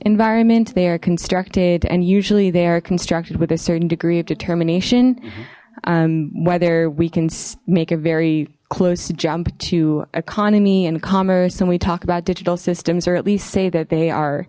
environment they are constructed and usually they are constructed with a certain degree of determination whether we can make a very close to jump to economy and commerce and we talk about digital systems or at least say that they are